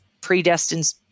predestined